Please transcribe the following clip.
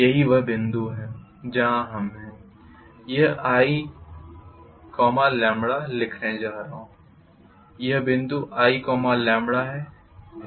यही वह बिंदु है जहां हम हैं यह i लिखने जा रहा हूँ यह बिंदु i है